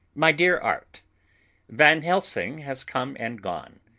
my dear art van helsing has come and gone.